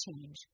change